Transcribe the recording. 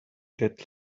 that